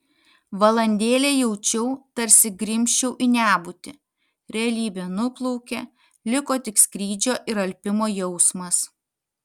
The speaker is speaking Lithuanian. valandėlę jaučiau tarsi grimzčiau į nebūtį realybė nuplaukė liko tik skrydžio ir alpimo jausmas